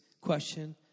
question